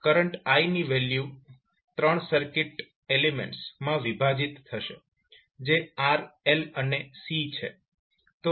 current i ની value 3 circuit elements માં વિભાજીત થશે જે R L અને C છે